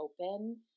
open